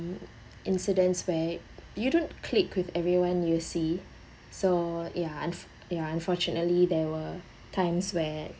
incidents where you don't click with everyone you see so ya ya unfortunately there were times when